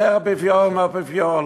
יותר אפיפיור מהאפיפיור.